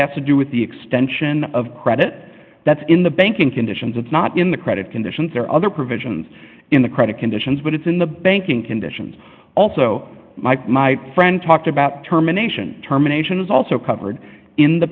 do with the extension of credit that's in the banking conditions of not in the credit conditions or other provisions in the credit conditions but it's in the banking conditions also my my friend talked about terminations terminations also covered in the